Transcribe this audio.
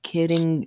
Kidding